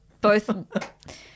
both-